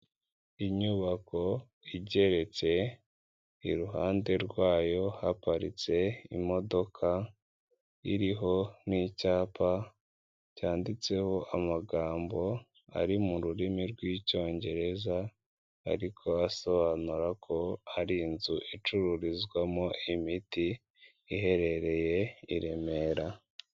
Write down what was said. Inyubako igeretse, iruhande rwayo haparitse imodoka iriho n'icyapa cyanditseho amagambo ari mu rurimi rw'icyongereza, ariko asobanura ko hari inzu icururizwamo imiti iherereye i Remera.